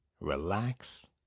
relax